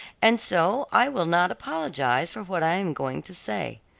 and so i will not apologize for what i am going to say.